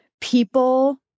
People